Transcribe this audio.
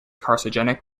carcinogenic